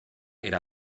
era